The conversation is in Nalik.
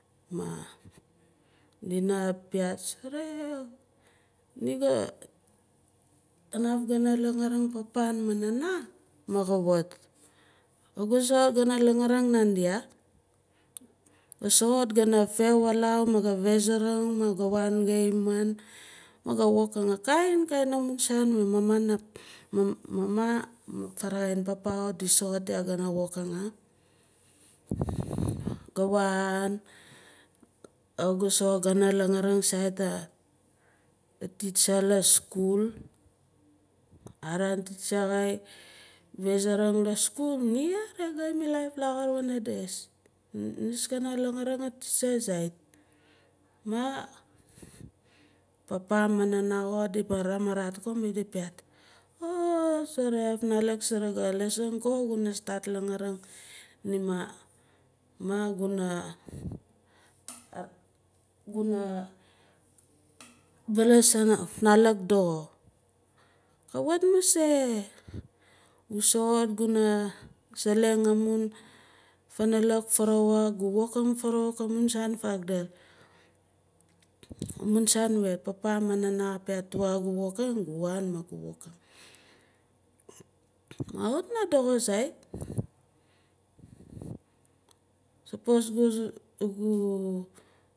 Maah dina piaat sore ni ga kanaf gana langaaring papa maah nana maah kawit kawit ga soxot kana langaaring nandia ga soxot gana gehwalau mah gana fezaring ga waan ga himin maah ga wokim amun kainkain amun saan mama maan papa kawit di soxot gana wokang yaah gaa waan kawit sait gana langaaring sait a teacher la skul araan teacher ka veszaring la skul ni xare ka milaif laxur wana des nis kana langaaring a teacher zait mah papa maah mama di ramarat ko mah di piaat oh afnalak surugu laasang ko guna start langaaring nima maan guna baalas afnalak doxo kawit mase gu soxot guna saleng amun funalak garawuk maan gu wokang farawuk amun saan faadul amun saan papa maah mama di piat tuaa gu wokang gu waan mah gu wokang kawit na doxo zait sapos gu